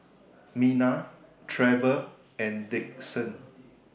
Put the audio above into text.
Mina Trevor and Dixon